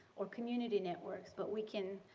or community networks. but we can